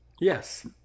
Yes